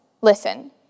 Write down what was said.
listen